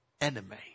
enemy